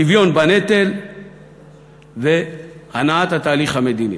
שוויון בנטל והנעת התהליך המדיני.